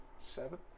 Seven